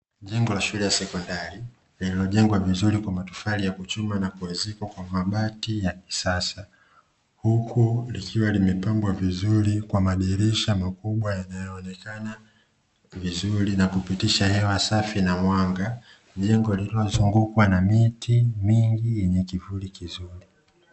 Jengo la shule ya sekondari lililojengwa vizuri kwa matofali ya kuchomwa na kuezekwa kwa mabati ya kisasa, huku likiwa limepambwa vizuri kwa madirisha makubwa yanayoonekana vizuri na kupitisha hewa safi na mwanga, jengo lililozungukwa na miti mingi yenye kimvuli kizuri.